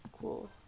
Cool